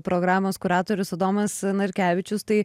programos kuratorius adomas narkevičius tai